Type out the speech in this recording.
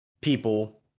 people